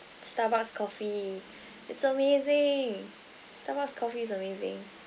starbucks coffee it's amazing starbucks coffee is amazing